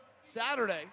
Saturday